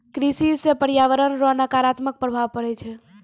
कृषि से प्रर्यावरण रो नकारात्मक प्रभाव पड़ै छै